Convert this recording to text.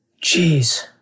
Jeez